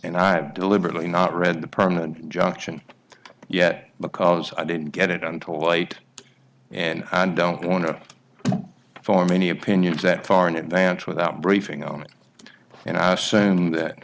and i've deliberately not read the permanent injunction yet because i didn't get it until late and i don't want to form any opinions that far in advance without briefing on it and i was